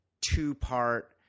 two-part